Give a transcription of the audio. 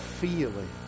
feeling